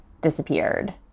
disappeared